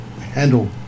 handle